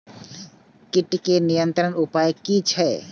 कीटके नियंत्रण उपाय कि छै?